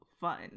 fun